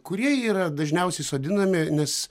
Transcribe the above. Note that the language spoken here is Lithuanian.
kurie yra dažniausiai sodinami nes